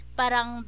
parang